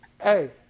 Hey